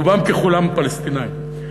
רובם ככולם הם פלסטינים.